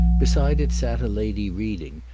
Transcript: beside it sat a lady reading,